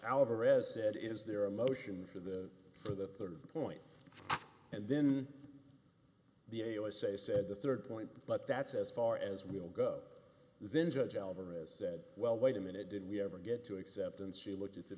alvarez said is there a motion for the for the rd point and then the a i say said the rd point but that's as far as we'll go then judge alvarez said well wait a minute did we ever get to acceptance she looked at the